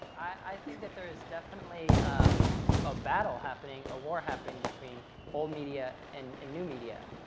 i think that there is definitely um a battle happening, a war happening between old media and new media.